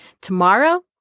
Tomorrow